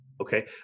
Okay